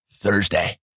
Thursday